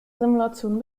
simulation